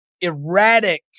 erratic